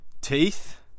teeth